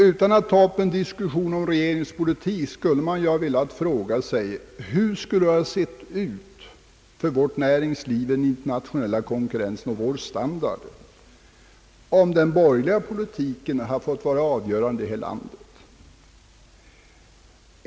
Utan att ta upp en diskussion om regeringens politik skulle man vilja fråga hur det skulle ha sett ut för vårt näringsliv i den internationella konkurrensen och hur det hade varit med vår standard, om den borgerliga politiken hade fått vara avgörande här i landet.